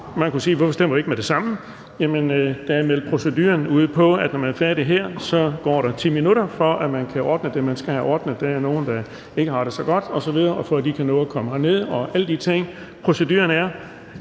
Man kunne spørge om, hvorfor vi ikke stemmer med det samme. Men der er meldt den procedure ud, at når man er færdig her, går der 10 minutter, hvor man kan ordne det, man skal have ordnet. Der er nogle, der ikke har det godt osv. Det sker, af hensyn til at de kan nå at komme herned og alle de ting. Proceduren er,